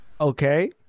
Okay